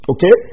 Okay